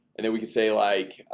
and then we can say like